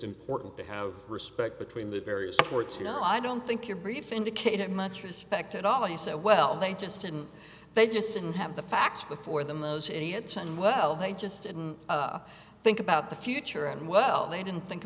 important to have respect between the various courts you know i don't think your brief indicated much respect at all he said well they just didn't they just didn't have the facts before them those any attend well they just didn't think about the future and well they didn't think